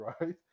right